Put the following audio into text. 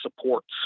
supports